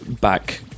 back